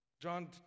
John